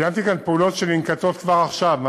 ציינתי כאן פעולות שננקטות כבר עכשיו,